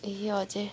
ए हजुर